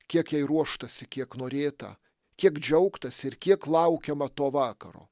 kiek jai ruoštasi kiek norėta kiek džiaugtasi ir kiek laukiama to vakaro